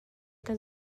kan